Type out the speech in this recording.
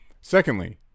secondly